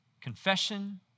confession